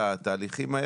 הדברים.